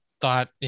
thought